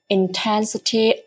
intensity